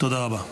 תודה רבה.